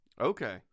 Okay